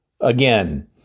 again